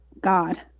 God